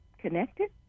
connected